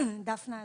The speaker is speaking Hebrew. דפנה אזרזר,